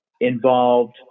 involved